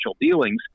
dealings